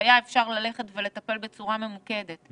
שהיה אפשר ללכת ולטפל בצורה ממוקדת.